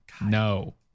No